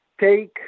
take